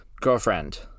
girlfriend